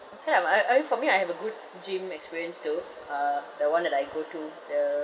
actually um uh I mean for me I have a good gym experience too uh the one that I go to the